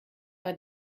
war